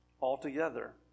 altogether